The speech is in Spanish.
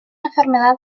enfermedad